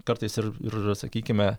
kartais ir ir sakykime